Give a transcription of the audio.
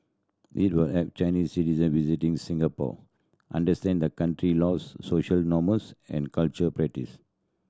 it will help Chinese citizen visiting Singapore understand the country laws social norms and cultural practices